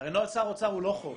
הרי נוהל שר האוצר הוא לא חוק.